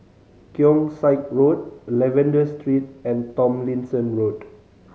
Keong Saik Road Lavender Street and Tomlinson Road